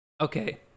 Okay